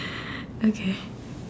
okay